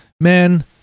man